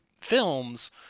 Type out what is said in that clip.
films